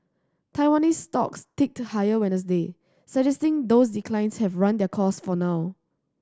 Taiwanese stocks ticked higher Wednesday suggesting those declines have run their course for now